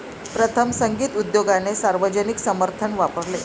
प्रथम, संगीत उद्योगाने सार्वजनिक समर्थन वापरले